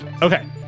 Okay